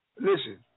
Listen